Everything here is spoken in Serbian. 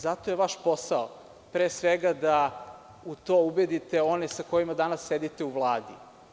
Zato je vaš posao, pre svega, da u to ubedite i one sa kojima danas sedite u Vladi.